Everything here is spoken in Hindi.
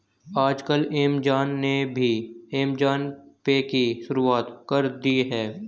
आजकल ऐमज़ान ने भी ऐमज़ान पे की शुरूआत कर दी है